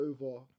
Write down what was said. over